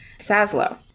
Saslow